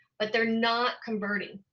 but they're not converting.